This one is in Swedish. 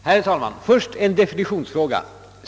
Herr talman! För det första vill jag ta upp en definitionsfråga.